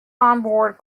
onboard